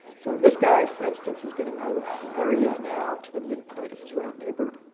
so this guy, for instance, is gonna move from where he is now to the midpoint of his right neighbor.